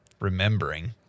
remembering